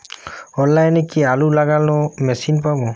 অনলাইনে কি আলু লাগানো মেশিন পাব?